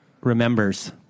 remembers